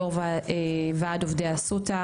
יו"ר ועד עובדי אסותא,